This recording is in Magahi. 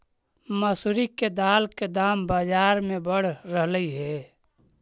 मसूरी के दाल के दाम बजार में बढ़ रहलई हे